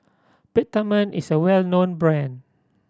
Peptamen is a well known brand